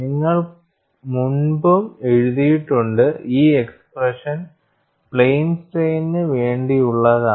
നിങ്ങൾ മുൻപും എഴുതിട്ടുണ്ട് ഈ എക്സ്പ്രെഷൻ പ്ലെയിൻ സ്ട്രെയിനു വേണ്ടിയുള്ളതാണ്